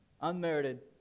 unmerited